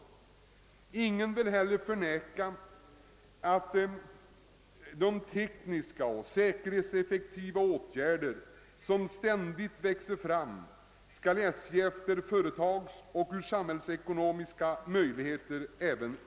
Lika litet kan någon förneka att SJ efter företagsoch samhällsekonomiska möjligheter skall tillämpa de tekniska och säkerhetseffektiviserande nyheter som ständigt växer fram.